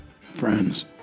friends